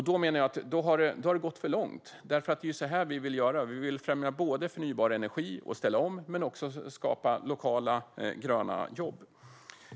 Då menar jag att det har gått för långt, för det är så här vi vill göra. Vi vill främja förnybar energi och ställa om, men vi vill också skapa lokala gröna jobb.